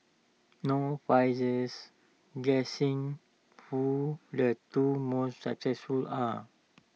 no prizes guessing who the two most successful are